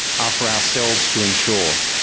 are for ourselves to ensure.